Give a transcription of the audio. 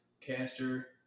caster